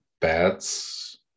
bats